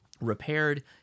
repaired